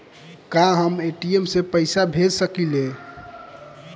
का हम ए.टी.एम से पइसा भेज सकी ले?